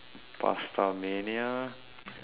pastamania